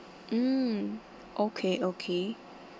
mm okay okay